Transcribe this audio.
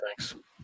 thanks